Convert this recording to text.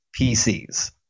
PCs